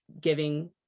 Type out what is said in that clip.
giving